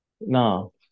No